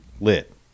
lit